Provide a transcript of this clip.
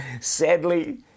Sadly